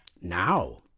Now